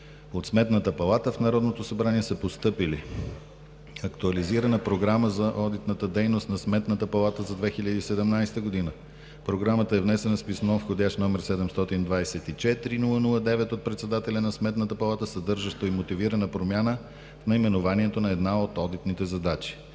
От Сметната палата в Народното събрание са постъпили: актуализирана Програма за одитната дейност на Сметната палата за 2017 г. Програмата е внесена с писмо с входящ № 724-00-9 от председателя на Сметната палата, съдържащо мотивирана промяна в наименованието на една от одитните задачи;